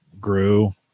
grew